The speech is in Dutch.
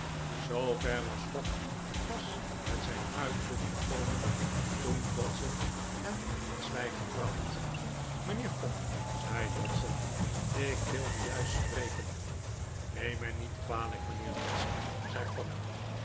zoover was fogg pas met zijn uitroep gekomen toen dodson hem tot zwijgen bracht mijnheer fogg zei dodson ik wilde juist spreken neem mij niet kwalijk mijnheer dodson zei